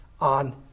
on